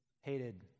hated